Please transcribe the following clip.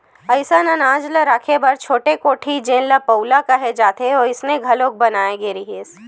असइन अनाज ल राखे बर छोटे कोठी जेन ल पउला केहे जाथे वइसन घलोक बनाए गे रहिथे